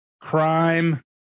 crime